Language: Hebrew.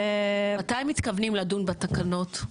מתי מתכוונים לדון בתקנות?